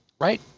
right